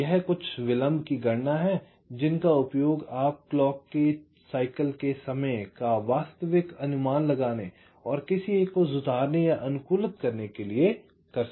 तो ये कुछ विलंब गणना हैं जिनका उपयोग आप क्लॉक के चक्र के समय का वास्तविक अनुमान लगाने और किसी एक को सुधारने या अनुकूलित करने के लिए कर सकते हैं